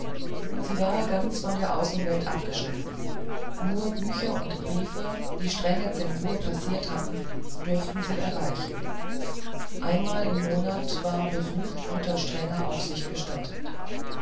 sie war ganz von der außenwelt abgeschnitten nur bücher und briefe die strenge zensur passiert hatten durften sie erreichen einmal im monat war besuch unter strenger aufsicht gestattet